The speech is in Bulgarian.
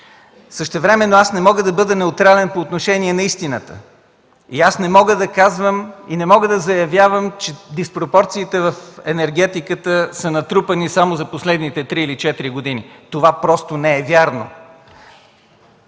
Същевременно аз не мога да бъда неутрален по отношение на истината. Аз не мога да казвам и не мога да заявявам, че диспропорциите в енергетиката са натрупани само за последните 3 или 4 години. Това просто не е вярно!